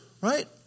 Right